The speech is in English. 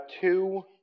two